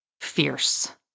fierce